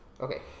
Okay